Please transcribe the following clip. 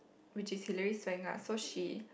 which is Hillary-Swank lah so she